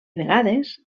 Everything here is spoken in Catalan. vegades